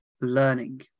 learning